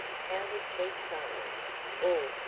how to cheat farmers or,